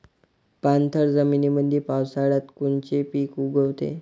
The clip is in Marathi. पाणथळ जमीनीमंदी पावसाळ्यात कोनचे पिक उगवते?